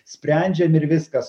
sprendžiam ir viskas